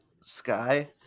Sky